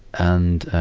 and, ah,